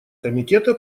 комитета